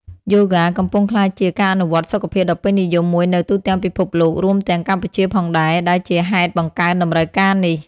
យូហ្គាកំពុងក្លាយជា ការអនុវត្តន៍សុខភាពដ៏ពេញនិយមមួយនៅទូទាំងពិភពលោក រួមទាំងកម្ពុជាផងដែរ ដែលជាហេតុបង្កើនតម្រូវការនេះ។